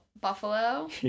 Buffalo